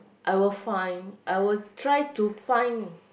I will find I will try to find